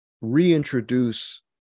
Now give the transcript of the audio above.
reintroduce